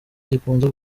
gikunze